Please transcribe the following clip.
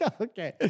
Okay